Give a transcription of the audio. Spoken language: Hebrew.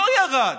לא ירד,